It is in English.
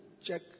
check